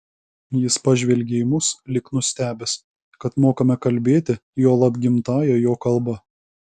jis pažvelgė į mus lyg nustebęs kad mokame kalbėti juolab gimtąja jo kalba